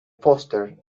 foster